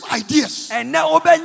ideas